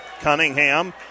Cunningham